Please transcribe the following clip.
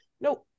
No